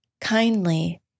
kindly